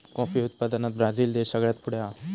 coffee उत्पादनात Brazil देश सगळ्यात पुढे हा